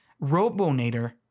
Robonator